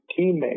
teammate